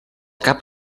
cap